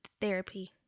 therapy